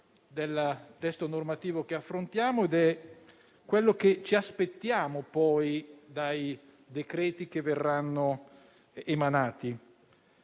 del testo normativo che affrontiamo ed è quello che ci aspettiamo dai decreti che verranno emanati;